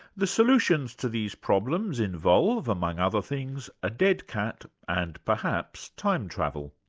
the solutions to these problems involve, among other things, a dead cat and, perhaps, time travel,